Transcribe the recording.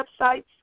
websites